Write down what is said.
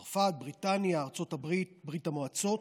צרפת, בריטניה ארצות הברית וברית המועצות.